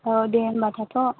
औ दे होनबा थाथ'